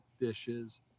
dishes